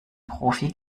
profi